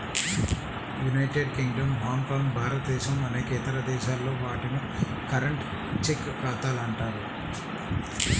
United Kingdom, Hong Kong, భారతదేశం అనేక ఇతర దేశాల్లో, వాటిని కరెంట్, చెక్ ఖాతాలు అంటారు